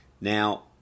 now